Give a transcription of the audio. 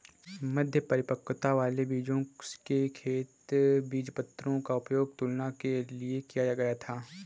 मध्य परिपक्वता वाले बीजों के खेत बीजपत्रों का उपयोग तुलना के लिए किया गया था